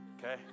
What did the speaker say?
Okay